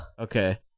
Okay